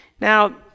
Now